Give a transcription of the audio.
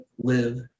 live